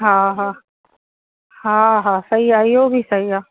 हा हा हा हा सही आहे इहो बि सही आहे